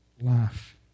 life